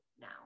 now